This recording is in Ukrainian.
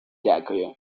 дякую